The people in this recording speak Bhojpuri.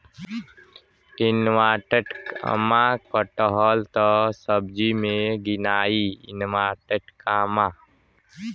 कटहल त सब्जी मे गिनाई